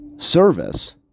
service